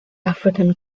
african